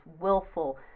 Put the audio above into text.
willful